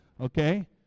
Okay